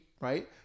Right